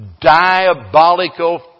diabolical